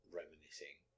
reminiscing